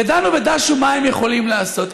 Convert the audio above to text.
ודנו ודשו מה הם יכולים לעשות.